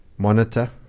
monitor